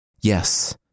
Yes